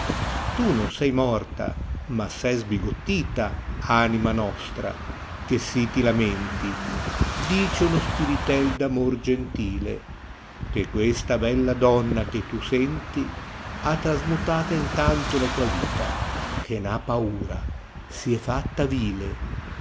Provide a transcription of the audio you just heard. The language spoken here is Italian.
tu non se morta ma se sbigottita anima nostra che si ti lamenti dice uno spirite d amor gentile che questa bella donna che tu senti ha trasmutata in tanto la tua vita che n ha paura si è fatta vile